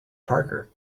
parker